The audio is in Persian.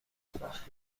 وقتی